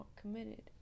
committed